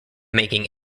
making